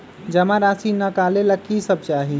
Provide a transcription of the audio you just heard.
जमा राशि नकालेला कि सब चाहि?